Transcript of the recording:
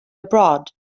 abroad